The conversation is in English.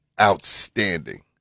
outstanding